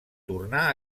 tornà